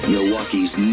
Milwaukee's